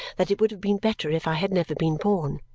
that it would have been better if i had never been born.